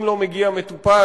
אם לא מגיע מטופל,